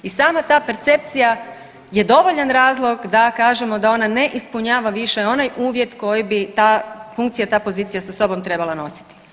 I sama ta percepcija je dovoljan razlog da kažemo da ona ne ispunjava više onaj uvjet koji bi ta funkcija, ta pozicija sa sobom trebala nositi.